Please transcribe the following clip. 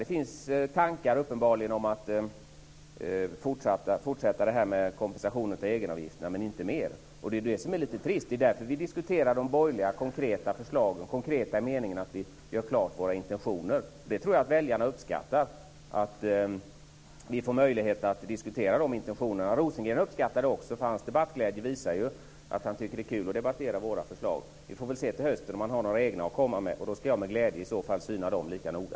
Det finns tankar om att fortsätta att kompensera för egenavgifterna, men inte mer. Det är det som är lite trist. Det är därför vi diskuterar de borgerliga konkreta förslagen i den meningen att vi gör klart våra intentioner. Jag tror att väljarna uppskattar att vi får möjlighet att diskutera de intentionerna. Rosengren uppskattar det också. Hans debattglädje visar ju att han tycker att det är kul att debattera våra förslag. Vi får se till hösten om han har några egna att komma med. Då ska jag med glädje syna dem lika noga.